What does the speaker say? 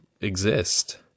exist